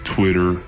Twitter